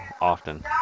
often